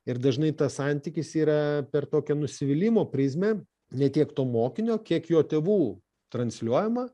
ir dažnai tas santykis yra per tokią nusivylimo prizmę ne tiek to mokinio kiek jo tėvų transliuojama